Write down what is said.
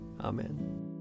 Amen